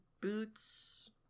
boots